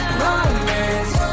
romance